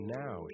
now